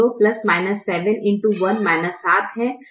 तो 7 है